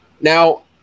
Now